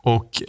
Och